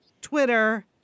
Twitter